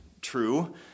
true